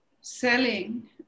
selling